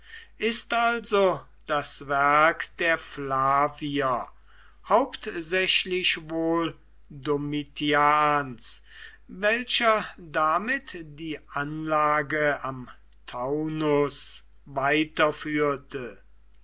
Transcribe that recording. ist also das werk der flavier hauptsächlich wohl doms welcher damit die anlage am taunus